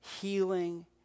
healing